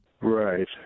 Right